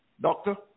Doctor